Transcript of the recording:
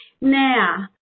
Now